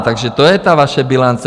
Takže to je ta vaše bilance.